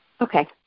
Okay